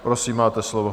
Prosím, máte slovo.